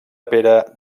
pere